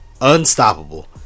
Unstoppable